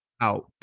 out